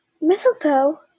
Mistletoe